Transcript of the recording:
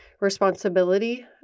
responsibility